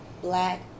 black